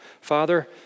Father